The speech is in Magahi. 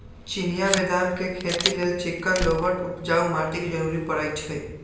चिनियाँ बेदाम के खेती लेल चिक्कन दोमट उपजाऊ माटी के जरूरी पड़इ छइ